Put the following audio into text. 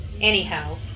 Anyhow